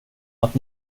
att